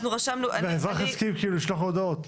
אם האזרח יסכים שישלחו לו הודעות.